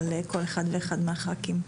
אתן את גם לכל אחד ואחת מחברי הכנסת